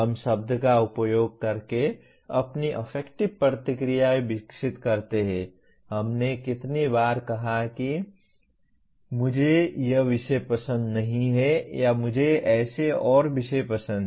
हम शब्द का उपयोग करके अपनी अफेक्टिव प्रतिक्रियाएं विकसित करते हैं हमने कितनी बार कहा होगा कि मुझे यह विषय पसंद नहीं है या मुझे ऐसे और ऐसे विषय पसंद हैं